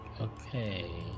Okay